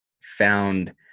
found